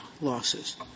losses